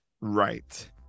Right